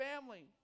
family